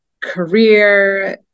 career